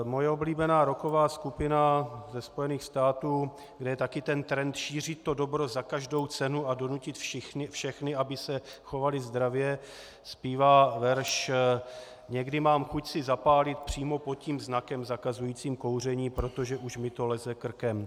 Moje oblíbená rocková skupina ze Spojených států, kde je taky ten trend šířit dobro za každou cenu a donutit všechny, aby se chovali zdravě, zpívá verš: Někdy mám chuť si zapálit přímo pod tím znakem zakazujícím kouření, protože už mi to leze krkem.